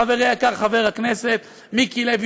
חברי היקר חבר הכנסת מיקי לוי,